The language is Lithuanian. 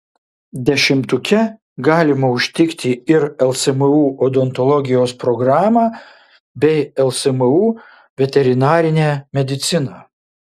dešimtuke galima užtikti ir lsmu odontologijos programą bei lsmu veterinarinę mediciną